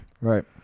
Right